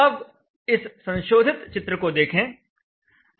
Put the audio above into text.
अब इस संशोधित चित्र को देखें